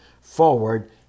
forward